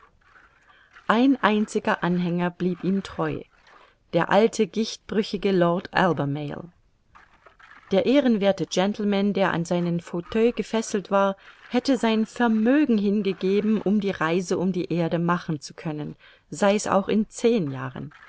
ein einziger anhänger blieb ihm treu der alte gichtbrüchige lord albermale der ehrenwerthe gentleman der an seinen fauteuil gefesselt war hätte sein vermögen hingegeben um die reise um die erde machen zu können sei's auch in zehn jahren